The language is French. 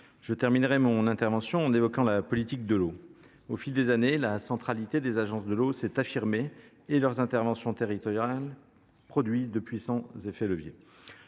Je conclurai mon intervention en évoquant la politique de l’eau. Au fil des années, la centralité des agences de l’eau s’est affirmée. De fait, leurs interventions territoriales produisent de puissants effets de levier.